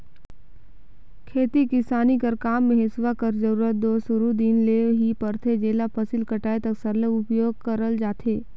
खेती किसानी कर काम मे हेसुवा कर जरूरत दो सुरू दिन ले ही परथे जेला फसिल कटाए तक सरलग उपियोग करल जाथे